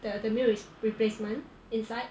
the the meal re~ replacement inside